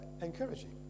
encouraging